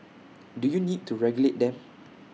do you need to regulate them